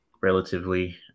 relatively